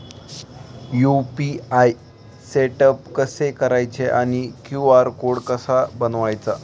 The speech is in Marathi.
यु.पी.आय सेटअप कसे करायचे आणि क्यू.आर कोड कसा बनवायचा?